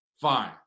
Fine